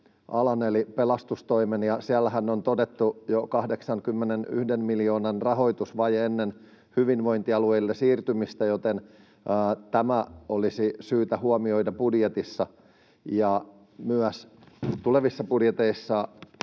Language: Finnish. alan eli pelastustoimen, ja siellähän on todettu jo 81 miljoonan rahoitusvaje ennen hyvinvointialueille siirtymistä, joten tämä olisi syytä huomioida budjetissa. Myös tulevissa budjeteissa